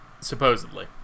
supposedly